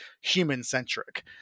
human-centric